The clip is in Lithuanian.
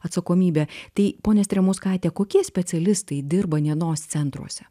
atsakomybė tai ponia stremauskaite kokie specialistai dirba dienos centruose